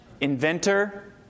Inventor